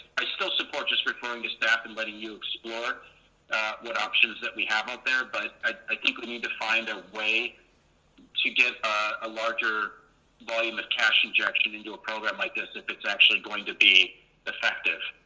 i still support just referring to staff and letting but you explore what options that we have out there, but ah i think we need to find a way to get a larger volume of cash injection into a program like this, if it's actually going to be effective.